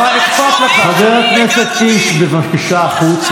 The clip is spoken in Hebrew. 1,500 איש מתו בגללך,